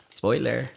spoiler